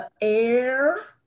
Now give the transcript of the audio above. air